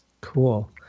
Cool